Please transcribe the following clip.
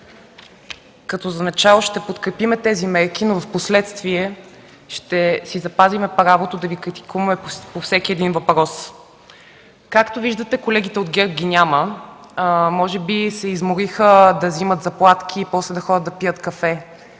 Като за начало ще подкрепим тези мерки, но впоследствие ще си запазим правото да ги критикуваме по всеки един въпрос. Както виждате, колегите от ГЕРБ ги няма. Може би се измориха да вземат заплатки и после да ходят да пият кафе